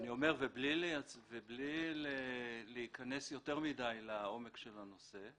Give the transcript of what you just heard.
בלי להיכנס יותר מידי לעומק של הנושא,